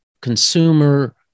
consumer